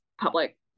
public